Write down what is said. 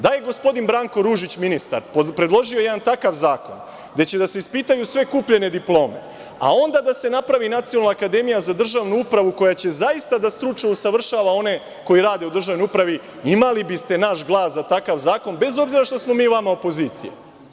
Da je gospodin Branko Ružić, ministar, predložio jedan takav zakon gde će da se ispitaju sve kupljene diplome, a onda da se napravi Nacionalna akademija za državnu upravu koja će zaista da stručno usavršava one koji rade u državnoj upravi, imali biste naš glas za takav zakon, bez obzira što smo mi vama opozicija.